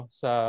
sa